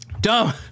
Dumb